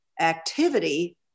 activity